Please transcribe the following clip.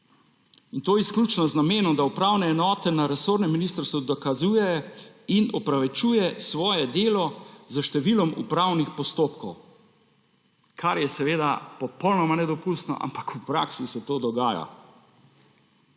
In to izključno z namenom, da upravna enota na resornem ministrstvu dokazuje in upravičuje svoje delo s številom upravnih postopkov, kar je seveda popolnoma nedopustno, ampak v praksi se to dogaja.